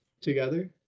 together